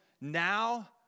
now